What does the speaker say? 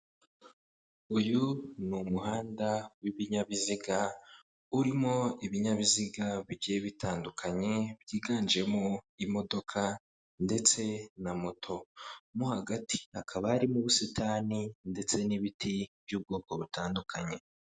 Uyu ni umuhanda w'ibinyabiziga urimo ibinyabiziga bigiye bitandukanye byiganjemo imodoka ndetse na moto, mo hagati hakaba harimo ubusitani ndetse n'ibiti by'ubwoko butandukanye.